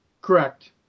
Correct